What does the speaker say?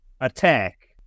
Attack